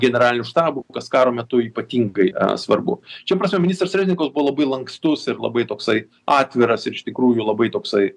generaliniu štabu kas karo metu ypatingai svarbu šia prasme ministras reznikovas buvo labai lankstus ir labai toksai atviras ir iš tikrųjų labai toksai